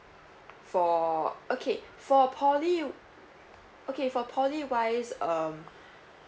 for okay for poly okay for poly wise um